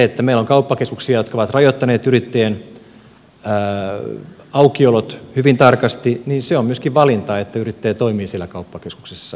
kun meillä on kauppakeskuksia jotka ovat rajoittaneet yrittäjien aukiolot hyvin tarkasti niin se on myöskin valinta että yrittäjä toimii siellä kauppakeskuksessa